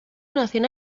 nacional